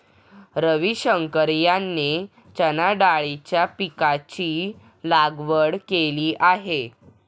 रविशंकर यांनी चणाडाळीच्या पीकाची लागवड केली आहे